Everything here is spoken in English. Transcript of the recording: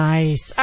Nice